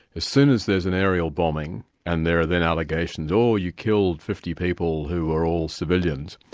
as soon as there's an aerial bombing and there are then allegations oh, you killed fifty people who were all civilians',